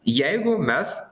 jeigu mes